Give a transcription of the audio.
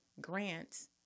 grants